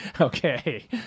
okay